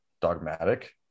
dogmatic